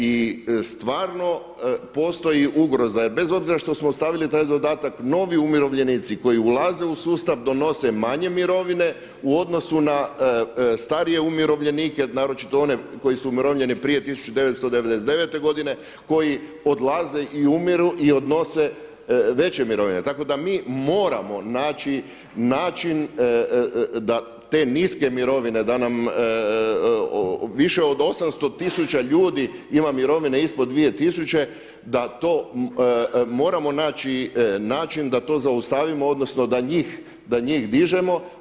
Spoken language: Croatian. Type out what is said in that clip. I stvarno postoji ugroza jel bez obzira što smo ostavili taj dodatak novi umirovljenici koji ulaze u sustav donose manje mirovine u odnosu na starije umirovljenike naročito one koji su umirovljeni prije 1999. godine koji odlaze i umiru i odnose veće mirovine, tako da mi moramo naći način da te niske mirovine da nam više od 800 tisuća ljudi ima mirovine ispod dvije tisuće da to moramo naći način da to zaustavimo odnosno da njih dižemo.